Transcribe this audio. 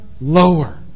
lower